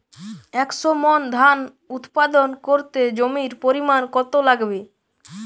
একশো মন ধান উৎপাদন করতে জমির পরিমাণ কত লাগবে?